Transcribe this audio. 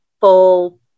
full